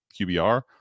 QBR